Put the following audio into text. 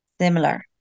similar